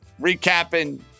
recapping